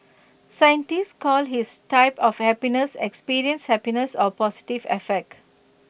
scientists call his type of happiness experienced happiness or positive affect